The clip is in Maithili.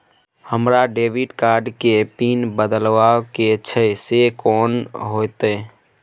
हमरा डेबिट कार्ड के पिन बदलवा के छै से कोन होतै?